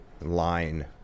line